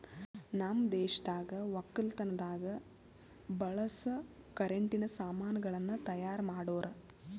ನಮ್ ದೇಶದಾಗ್ ವಕ್ಕಲತನದಾಗ್ ಬಳಸ ಕರೆಂಟಿನ ಸಾಮಾನ್ ಗಳನ್ನ್ ತೈಯಾರ್ ಮಾಡೋರ್